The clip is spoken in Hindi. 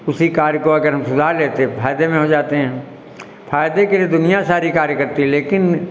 उसी कार्य को अगर हम सुधार लेते फायदे में हो जाते हैं फायदे के लिए दुनिया सारी कार्य करती है लेकिन